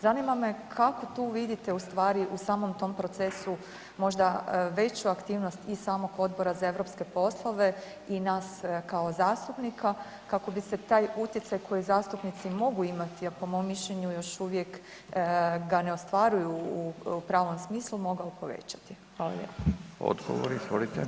Zanima me kako tu vidite ustvari u samom tom procesu možda veću aktivnost i samog Odbora za europske poslove i nas kao zastupnika kako bi se taj utjecaj koji zastupnici mogu imati, a po mom mišljenju još uvijek ga ne ostvaruju u pravom smislu, mogao povećati.